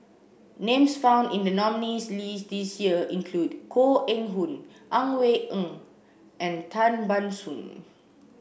names found in the nominees' list this year include Koh Eng Hoon Ang Wei Neng and Tan Ban Soon